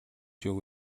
шүү